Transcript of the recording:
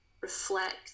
reflect